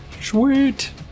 Sweet